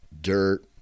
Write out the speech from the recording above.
dirt